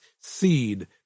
seed